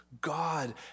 God